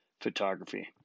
Photography